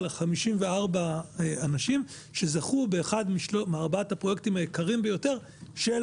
על 54 אנשים שזכו באחד מארבעת הפרויקטים היקרים ביותר של